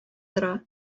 тора